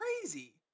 crazy